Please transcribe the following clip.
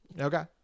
Okay